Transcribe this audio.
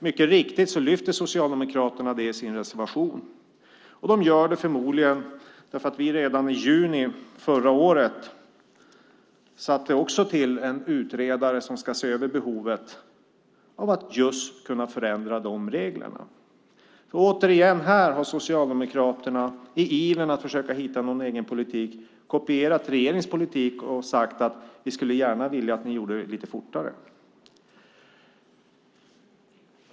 Mycket riktigt tar Socialdemokraterna upp det i sin reservation. De gör det förmodligen därför att vi redan i juni förra året tillsatte en utredare som ska se över behovet att förändra de reglerna. Här har Socialdemokraterna återigen, i ivern att försöka hitta en egen politik, kopierat regeringens politik och sagt att man gärna skulle vilja att vi gjorde det lite fortare.